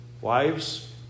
wives